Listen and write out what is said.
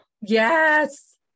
Yes